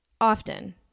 often